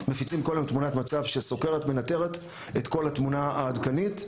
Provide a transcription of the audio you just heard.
מפיצים כל יום תמונת מצב שסוקרת ומנטרת את כל התמונה העדכנית,